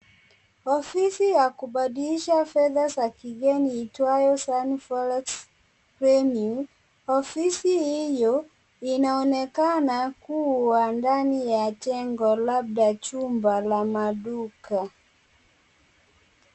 Ofisi ya kubadilisha fedha ya kigeni iitwayo San Forex Premeue, ofisi hiyo inaonekana kuwa ndani ya jengo labda ya jumba la maduka.